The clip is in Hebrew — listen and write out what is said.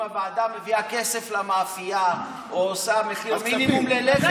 אם הוועדה מביאה כסף למאפייה או עושה מחיר מינימום ללחם,